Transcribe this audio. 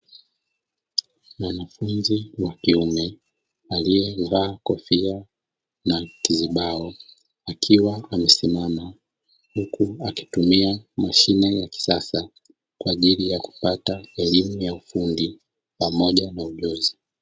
Mwanafunzi wakiume aliyevaa kofia na kizibao akiwa amesimama huku akitumia mashine ya kisasa kwa ajili ya kupata elimu ya ufundi pamoja na ujuzi.